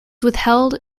withheld